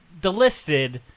delisted